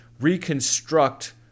reconstruct